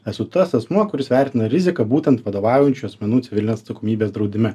esu tas asmuo kuris vertina riziką būtent vadovaujančių asmenų civilinės atsakomybės draudime